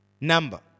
number